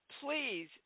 please